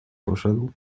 poszedł